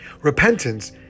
Repentance